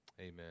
amen